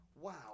Wow